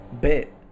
bit